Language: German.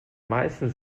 meisten